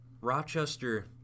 Rochester